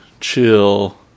chill